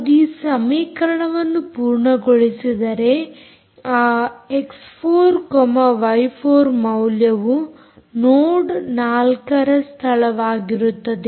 ಅದು ಈ ಸಮೀಕರಣವನ್ನು ಪೂರ್ಣಗೊಳಿಸಿದರೆ ಆ ಎಕ್ಸ್4ವೈ4 ಮೌಲ್ಯವು ನೋಡ್ 4ರ ಸ್ಥಳವಾಗಿರುತ್ತದೆ